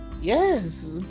Yes